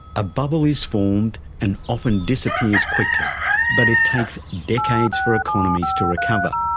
a bubble is formed and often disappears quickly but it takes decades for economies to recover.